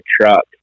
truck